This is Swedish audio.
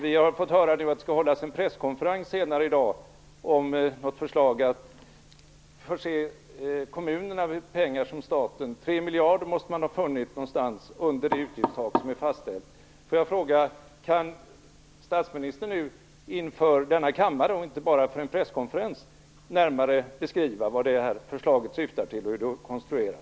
Vi har nu fått höra att det senare i dag skall hållas en presskonferens om något förslag att förse kommunerna med pengar från staten. Man måste ha funnit 3 miljarder någonstans under det utgiftstak som är fastställt. Får jag fråga: Kan statsministern nu, inför denna kammare och inte bara vid en presskonferens, närmare beskriva vad det här förslaget syftar till och hur det är konstruerat?